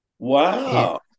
Wow